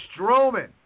Strowman